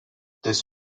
this